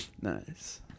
nice